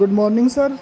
good morning sir